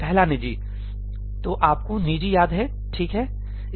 पहला निजी तो आपको निजी याद है ठीक है